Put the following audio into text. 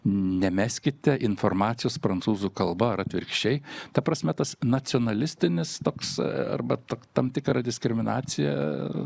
nemeskite informacijos prancūzų kalba ar atvirkščiai ta prasme tas nacionalistinis toks arba tam tikrą diskriminaciją ir